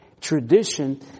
tradition